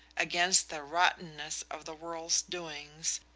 against the rottenness of the world's doings,